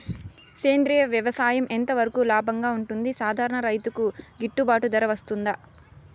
సేంద్రియ వ్యవసాయం ఎంత వరకు లాభంగా ఉంటుంది, సాధారణ రైతుకు గిట్టుబాటు ధర వస్తుందా?